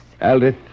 Aldith